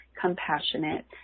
compassionate